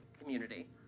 community